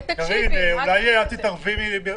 קנסות בחוקי עזר עירוניים,